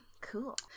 Cool